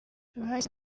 bahise